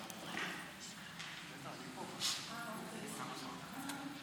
הנושא לוועדת החוץ והביטחון נתקבלה.